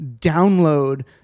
download